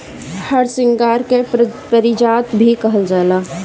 हरसिंगार के पारिजात भी कहल जाला